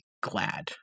glad